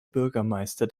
bürgermeister